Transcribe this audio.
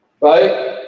Right